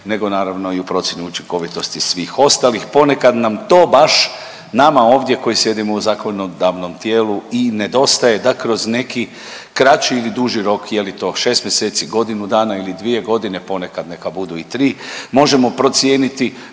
nego naravno i u procjenu učinkovitosti svih ostalih. Ponekad nam to baš nama ovdje koji sjedimo u zakonodavnom tijelu i nedostaje, da kroz neki kraći ili duži rok, je li to šest mjeseci, godinu dana ili dvije godine ponekad neka budu i tri možemo procijeniti